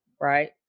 Right